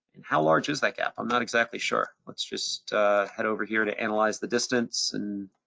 and how large is that gap? i'm not exactly sure. let's just head over here to analyze the distance. and